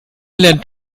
lernt